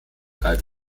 galt